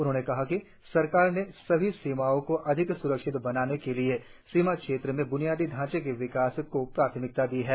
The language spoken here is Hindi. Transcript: उन्होंने कहा कि सरकार ने अपनी सीमाओं को अधिक सुरक्षित बनाने के लिये सीमा क्षेत्र में ब्नियादी ढांचे के विकास को प्रम्खता दी है